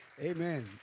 Amen